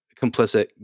complicit